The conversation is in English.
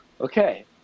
okay